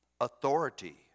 authority